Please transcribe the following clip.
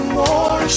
more